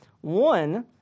One